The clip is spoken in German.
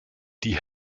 die